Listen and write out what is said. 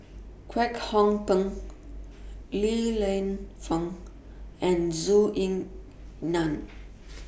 Kwek Hong Png Li Lienfung and Zhou Ying NAN